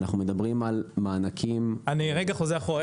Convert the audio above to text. אנחנו מדברים על מענקים --- אני רגע חוזר אחורה,